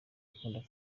akunda